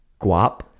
Guap